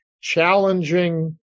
challenging